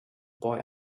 boy